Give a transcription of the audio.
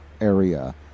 area